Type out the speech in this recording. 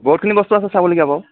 বহুত খিনি বস্তু আছে চাবলগীয়া বাৰু